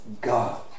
God